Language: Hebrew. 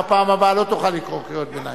בפעם הבאה לא תוכל לקרוא קריאות ביניים.